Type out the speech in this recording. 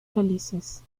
felices